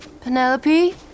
Penelope